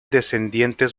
descendientes